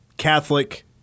catholic